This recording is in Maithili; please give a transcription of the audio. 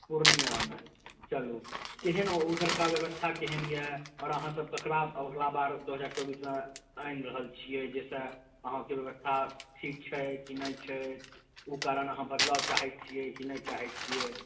पूर्णिया मे चलू केहन ऊधरका व्यवस्था केहन यऽ और अहाँसब ककरा अगला बार दू हजार चौबीस मे आनि रहल छियै जाहिसँ अहाँके व्यवस्था ठीक छै की नहि छै ओ कारण अहाँ बदलाव चाहै छियै की नहि चाहै छियै